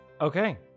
Okay